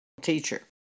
teacher